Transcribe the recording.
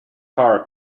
car